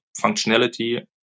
functionality